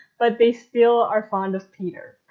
but they still are fond of peter.